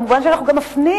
מובן שאנחנו גם מפנים